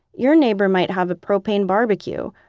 your neighbor might have a propane bbq,